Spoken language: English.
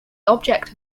object